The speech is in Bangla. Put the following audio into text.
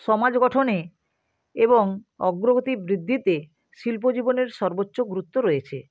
সমাজ গঠনে এবং অগ্রগতি বৃদ্ধিতে শিল্প জীবনের সর্বোচ্চ গুরুত্ব রয়েছে